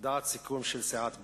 הודעת סיכום של סיעת בל"ד: